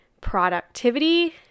productivity